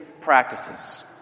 practices